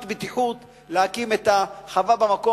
בטיחותית להקים את החווה במקום.